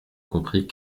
comprit